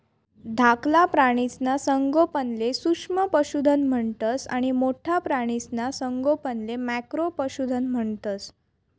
धाकला प्राणीसना संगोपनले सूक्ष्म पशुधन म्हणतंस आणि मोठ्ठा प्राणीसना संगोपनले मॅक्रो पशुधन म्हणतंस